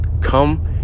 come